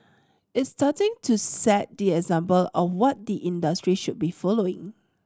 it's starting to set the example of what the industry should be following